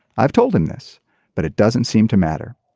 i've told him this but it doesn't seem to matter.